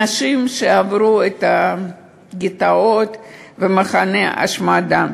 אנשים שעברו את הגטאות ואת מחנות ההשמדה.